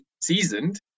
seasoned